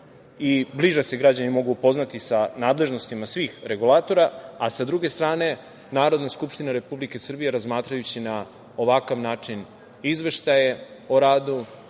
i bliže se građani mogu upoznati sa nadležnostima svih regulatora, a sa druge strane Narodna skupština Republike Srbije razmatrajući na ovakav način izveštaje o radu,